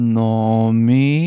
nome